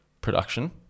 production